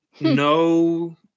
no